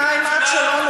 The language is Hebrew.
שאלה.